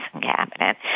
cabinet